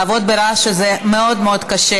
לעבוד ברעש הזה מאוד מאוד קשה.